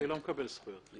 הוא לא מקבל זכויות.